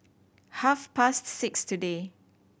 half past six today